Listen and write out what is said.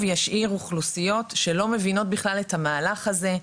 ישאיר אוכלוסיות שלא מבינות בכלל את המהלך הזה,